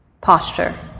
posture